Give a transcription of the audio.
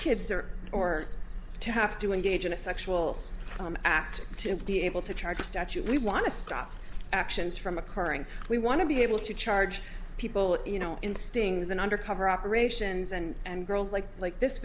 kids or or to have to engage in a sexual act to be able to charge a statute we want to stop actions from occurring we want to be able to charge people you know in stings and undercover operations and girls like like this